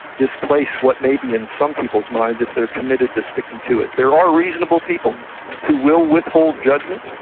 displace what may be in some people's minds if they're committed to sticking to it. there are reasonable people who will withhold judgement,